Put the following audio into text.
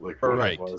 Right